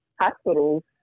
hospitals